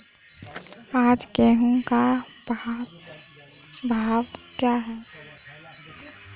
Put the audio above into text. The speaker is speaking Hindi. आज गेहूँ का भाव क्या है?